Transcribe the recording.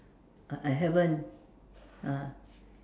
I I haven't ah